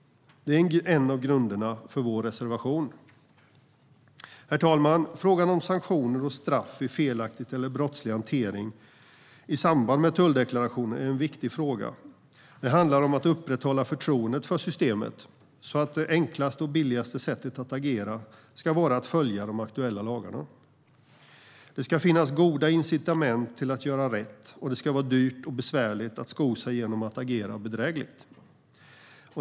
Det är en av grunderna för vår reservation. Herr talman! Frågan om sanktioner och straff vid felaktig eller brottslig hantering i samband med tulldeklarationer är viktig. Det handlar om att upprätthålla förtroendet för systemet, så att det enklaste och billigaste sättet att agera ska vara att följa de aktuella lagarna. Det ska finnas goda incitament till att göra rätt, och det ska vara dyrt och besvärligt att sko sig genom att agera bedrägligt.